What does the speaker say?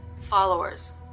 followers